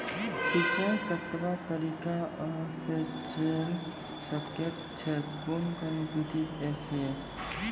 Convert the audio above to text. सिंचाई कतवा तरीका सअ के जेल सकैत छी, कून कून विधि ऐछि?